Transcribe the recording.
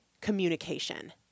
communication